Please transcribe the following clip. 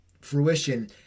fruition